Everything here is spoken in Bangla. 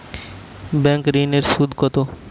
ব্যাঙ্ক ঋন এর সুদ কত?